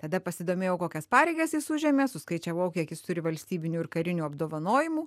tada pasidomėjau kokias pareigas jis užėmė suskaičiavau kiek jis turi valstybinių ir karinių apdovanojimų